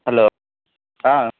hello ஆ